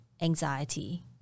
anxiety